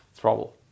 trouble